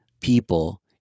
people